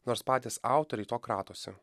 nors patys autoriai to kratosi